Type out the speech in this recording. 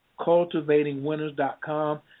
cultivatingwinners.com